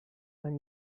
tan